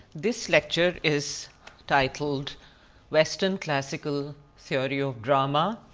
this lecture is titled western classical theory of drama,